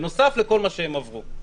בנוסף לכל מה שהם עברו.